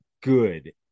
good